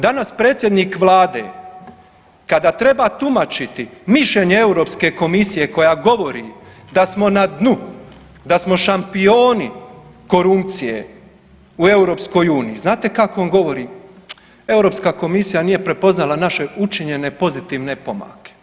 Danas predsjednik Vlade kada treba tumačiti mišljenje Europske komisije koja govori da smo na dnu, da smo šampioni korupcije u EU, znate kako on govori, Europska komisija nije prepoznala naše učinjene pozitivne pomake.